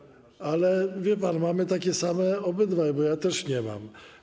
Ale wie pan, mamy takie same obydwaj, bo ja też nie mam.